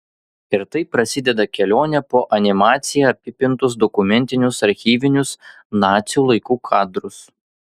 ir taip prasideda kelionė po animacija apipintus dokumentinius archyvinius nacių laikų kadrus